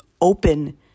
open